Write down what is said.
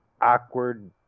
awkward